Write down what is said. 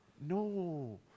No